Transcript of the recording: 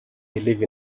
believe